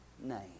name